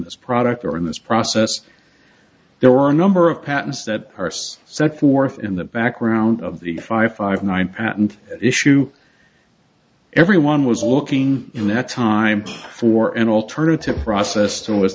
this product or in this process there were a number of patents that are still set forth in the background of the five five nine patent issue everyone was looking in that time for an alternative process to i